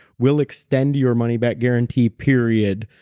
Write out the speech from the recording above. we'll extend your money back guarantee period,